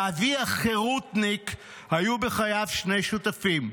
לאבי החרותניק היו בחייו שני שותפים,